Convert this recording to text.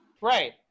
Right